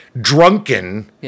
drunken